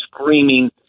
screaming